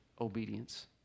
obedience